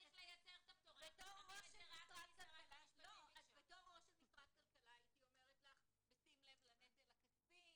--- אז בתור ראש משרד כלכלה הייתי אומרת בשים לב לנטל הכספי.